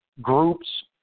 groups